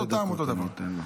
אותו טעם, אותו דבר.